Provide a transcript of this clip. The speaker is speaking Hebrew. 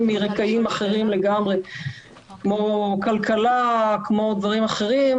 מרקעים אחרים לגמרי כמו כלכלה ודברים אחרים,